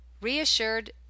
reassured